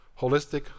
Holistic